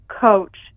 coach